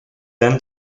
then